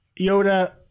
Yoda